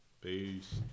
Peace